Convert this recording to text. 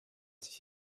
sich